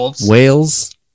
whales